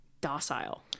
docile